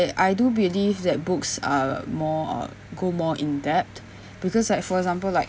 I do believe that books are more uh go more in depth because like for example like